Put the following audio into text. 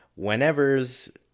whenevers